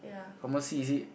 pharmacy is it